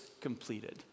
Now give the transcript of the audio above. completed